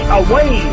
away